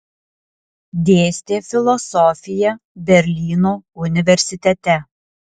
dėstė filosofiją berlyno universitete